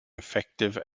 effective